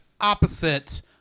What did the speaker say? opposite